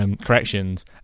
Corrections